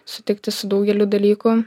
sutikti su daugeliu dalykų